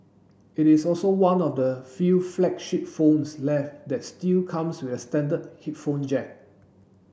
it is also one of the few flagship phones left that still comes with a standard headphone jack